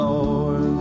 Lord